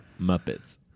Muppets